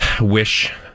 wish